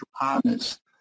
partners